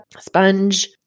sponge